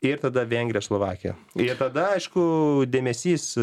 ir tada vengrija slovakija ir tada aišku dėmesys